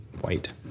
white